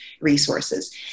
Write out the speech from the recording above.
resources